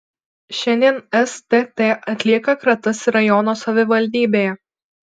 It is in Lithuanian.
šiandien stt atlieka kratas ir rajono savivaldybėje